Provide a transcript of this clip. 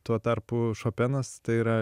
tuo tarpu šopenas tai yra